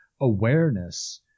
awareness